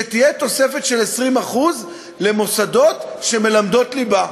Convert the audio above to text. שתהיה תוספת של 20% למוסדות שמלמדים ליבה.